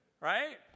right